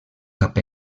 cap